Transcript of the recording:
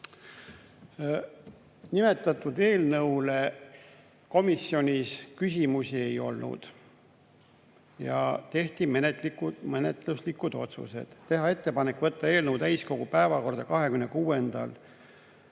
Nimetatud eelnõu kohta komisjonis küsimusi ei olnud. Tehti menetluslikud otsused: teha ettepanek võtta eelnõu täiskogu päevakorda 26. oktoobril